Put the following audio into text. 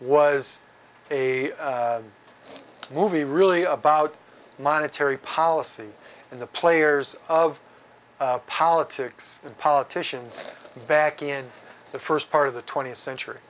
was a movie really about monetary policy and the players of politics and politicians back in the first part of the twentieth century